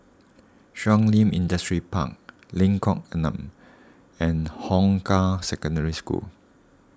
Shun Li Industrial Park Lengkong Enam and Hong Kah Secondary School